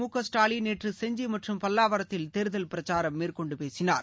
முகஸ்டாலின் நேற்று செஞ்சி மற்றும் பல்லாவரத்தில் தேர்தல் பிரச்சாரம் மேற்கொண்டு பேசினார்